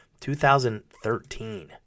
2013